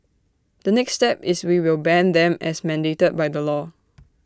the next step is we will ban them as mandated by the law